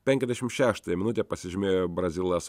penkiasdešim šeštąją minutę pasižymėjo brazilas